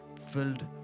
filled